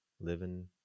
living